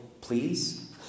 please